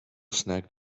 snagged